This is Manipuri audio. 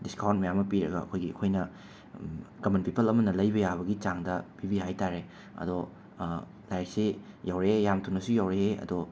ꯗꯤꯁꯀꯥꯎꯟ ꯃꯌꯥꯝ ꯑꯃ ꯄꯤꯔꯒ ꯑꯩꯈꯣꯏꯒꯤ ꯑꯩꯈꯣꯏꯅ ꯀꯃꯟ ꯄꯤꯄꯜ ꯑꯃꯅ ꯂꯩꯕ ꯌꯥꯕꯒꯤ ꯆꯥꯡꯗ ꯄꯤꯕꯤ ꯍꯥꯏꯕ ꯇꯥꯔꯦ ꯑꯗꯣ ꯂꯥꯏꯔꯤꯛꯁꯤ ꯌꯧꯔꯛꯑꯦ ꯌꯥꯝ ꯊꯨꯅꯁꯨ ꯌꯧꯔꯛꯑꯦ ꯑꯗꯣ